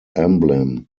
emblem